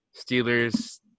Steelers